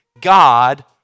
God